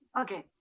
okay